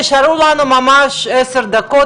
נשארו לנו ממש עשר דקות,